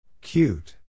Cute